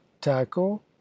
tackle